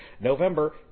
November